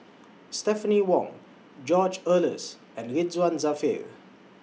Stephanie Wong George Oehlers and Ridzwan Dzafir